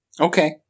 Okay